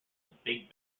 big